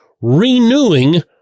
renewing